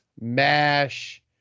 MASH